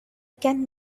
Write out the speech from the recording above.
can